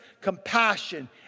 compassion